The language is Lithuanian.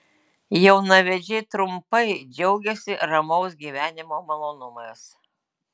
jaunavedžiai trumpai džiaugiasi ramaus gyvenimo malonumais